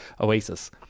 Oasis